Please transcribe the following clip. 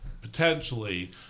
potentially